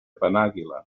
penàguila